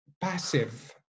passive